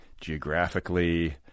geographically